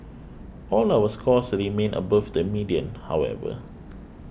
all our scores remain above the median however